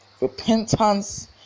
Repentance